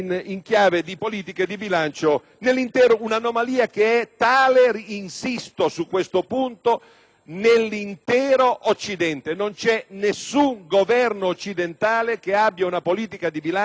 nell'intero Occidente. Non c'è nessun Governo occidentale che abbia una politica di bilancio ispirata all'orientamento che voi state facendo ostentatamente e ostinatamente vostro.